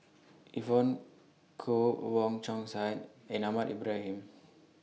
Evon Kow Wong Chong Sai and Ahmad Ibrahim